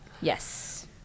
yes